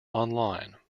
online